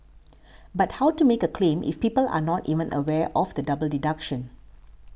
but how to make a claim if people are not even aware of the double deduction